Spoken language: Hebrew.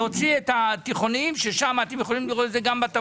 להוציא את התיכוניים ששם עוז לתמורה